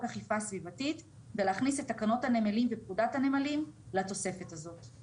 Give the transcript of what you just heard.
אכיפה סביבתית ולהכניס את תקנות הנמלים ופקודת הנמלים לתוספת הזאת.